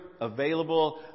available